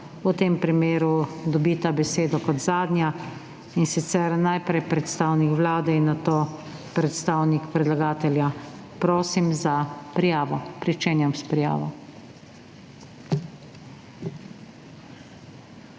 v tem primeru dobita besedo kot zadnja, in sicer najprej predstavnik Vlade in nato predstavnik predlagatelja. Prosim za prijavo. Poslanec mag.